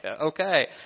okay